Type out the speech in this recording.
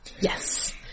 Yes